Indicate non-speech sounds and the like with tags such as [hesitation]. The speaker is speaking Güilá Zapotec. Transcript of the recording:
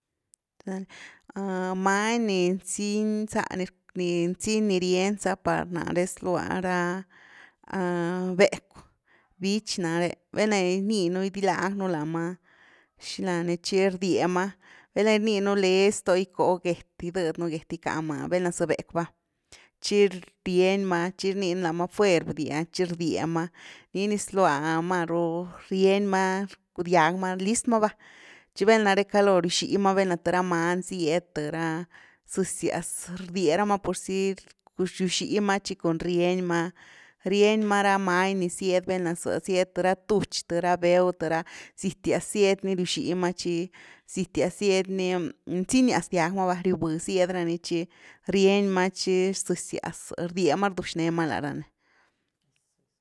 Many ni nzyn za, ni nzyn ni rien za par nare zlua, ra, [hesitation] becw, bich nare, valna gininu gydilag nú la ma shilani tchi rdie ma valna rninu blez the gico get, gidëdnu get gickama valna za becw va, tchi rien ma tchi rninu lama fuer bdie va, tchi rdiema, ni ni zlua maru rien ma rcudiag ma list ma va, tchi valnare calo riwxima th ra many sied th ra zëzyas rdierama purzy riuxima tchi kun rien ma, rien ma ra many ni zyed velna zë sied th ra tuch th ra béw th ra, zytias zyed ni riuxi ma chi zityas zied ni nzinias diag ma va, riubh sied rani tchi rienma tchi zëzyas rdiema rduxnee ma lá rani.